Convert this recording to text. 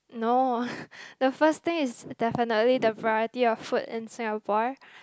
no the first thing is definitely the variety of food in Singapore